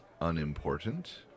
unimportant